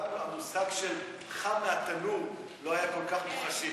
אבל מעולם המושג של "חם מהתנור" לא היה כל כך מוחשי.